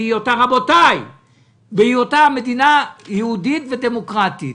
בהיותה מדינה יהודית ודמוקרטית,